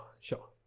sure